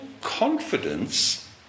confidence